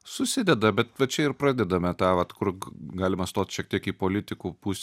susideda bet bet va čia ir pradedame tą vat kur galima stoti šiek tiek į politikų pusę